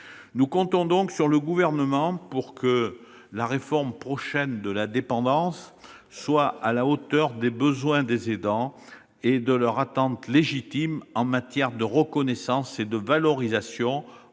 Nous comptons donc sur le Gouvernement pour que la réforme prochaine de la dépendance soit à la hauteur des besoins des aidants et de leurs attentes légitimes en matière de reconnaissance et de valorisation,